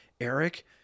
Eric